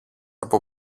από